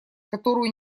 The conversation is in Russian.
которую